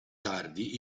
tardi